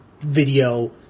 video